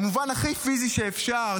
במובן הכי פיזי שאפשר.